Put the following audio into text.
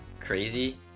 crazy